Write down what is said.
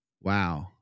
wow